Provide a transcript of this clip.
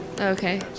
Okay